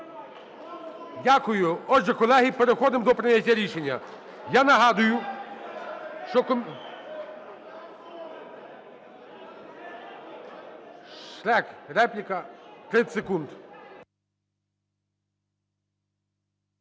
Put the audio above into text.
Дякую. Отже, колеги, переходимо до прийняття рішення. Я нагадую, що… (Шум у залі) Шверк, репліка 30 секунд.